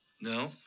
No